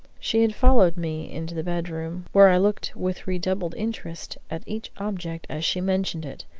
she had followed me into the bedroom, where i looked with redoubled interest at each object as she mentioned it,